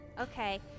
Okay